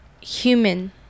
human